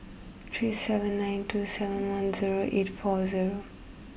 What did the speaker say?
three seven nine two seven one zero eight four zero